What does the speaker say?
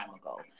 ago